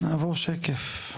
נעבור שקף.